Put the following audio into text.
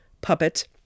puppet